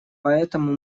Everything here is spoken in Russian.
поэтому